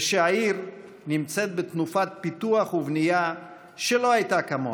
ושהעיר נמצאת בתנופת פיתוח ובנייה שלא הייתה כמוה.